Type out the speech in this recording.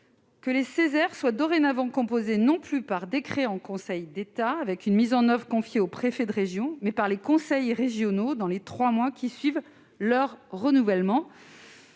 que les Ceser soient dorénavant composés non plus par décret en Conseil d'État, avec une mise en oeuvre confiée au préfet de région, mais par les conseils régionaux, dans les trois mois suivant leur renouvellement.